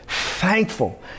thankful